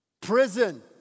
Prison